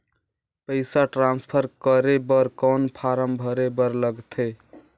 पईसा ट्रांसफर करे बर कौन फारम भरे बर लगथे?